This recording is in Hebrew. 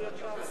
סליחה?